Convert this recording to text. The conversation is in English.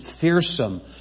fearsome